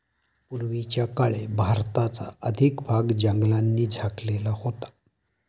पूर्वीच्या काळी भारताचा अधिक भाग जंगलांनी झाकलेला होता